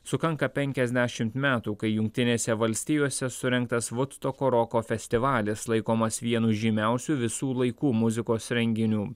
sukanka penkiasdešimt metų kai jungtinėse valstijose surengtas vudstoko roko festivalis laikomas vienu žymiausių visų laikų muzikos renginių